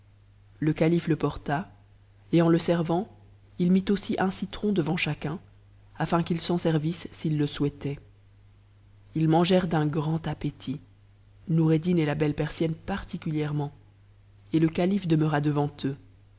le calife le porta et en le servant il mit aussi un ci tron devant chacun afin qu'ils s'en servissent s'ils le souhaitaient ils mangèrent d'un grand appétit noureddin et la belle persienne particulièrement et le calife demeura devant eux